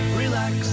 relax